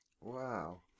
Wow